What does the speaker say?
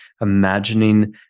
imagining